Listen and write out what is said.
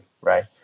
Right